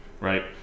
right